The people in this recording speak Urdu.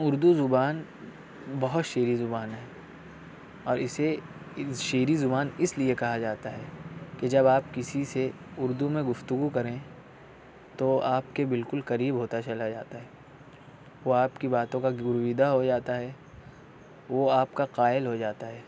اردو زبان بہت شیریں زبان ہے اور اسے شیریں زبان اس لیے کہا جاتا ہے کہ جب آپ کسی سے اردو میں گفتگو کریں تو وہ آپ کے بالکل قریب ہوتا چلا جاتا ہے وہ آپ کی باتوں کا گرویدہ ہو جاتا ہے وہ آپ کا قائل ہو جاتا ہے